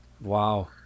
Wow